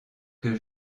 que